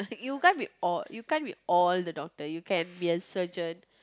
you can't be all you can't be all the doctor you can be a surgeon